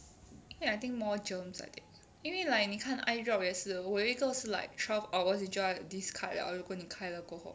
I think more germs I think 因为 like 你看 eye drop 也是我有一个是 like twelve hours 你就要 discard 了如果你开了过后